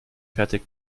fertig